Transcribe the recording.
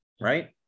right